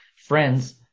friends